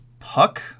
Puck